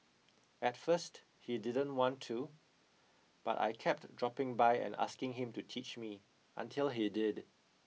at first he didn't want to but I kept dropping by and asking him to teach me until he did